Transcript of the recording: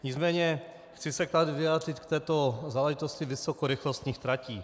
Nicméně chci se vyjádřit také k záležitosti vysokorychlostních tratí.